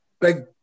big